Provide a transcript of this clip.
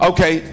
Okay